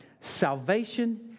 Salvation